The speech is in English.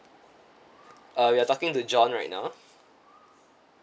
uh you're talking to john right now